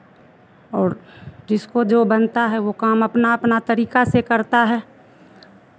और जिसको जो बनता है वो काम अपना अपना तरीका से करता है